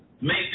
make